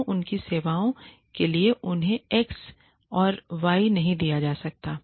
क्यों उनकी सेवाओं के लिए उन्हें X और Y नहीं दिया जा रहा है